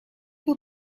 were